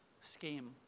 Scheme